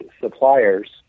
suppliers